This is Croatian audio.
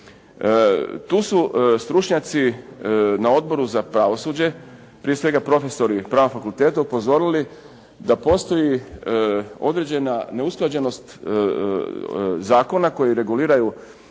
Tu su stručnjaci na Odboru na pravosuđe, prije svega profesori pravnog fakulteta upozorili da postoji određena neusklađenost zakona koji reguliraju takvu